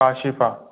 Asifa